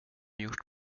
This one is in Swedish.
gjort